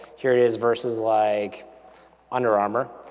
here it is versus like under armor.